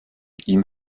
ihm